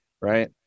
Right